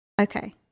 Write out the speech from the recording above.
okay